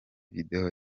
video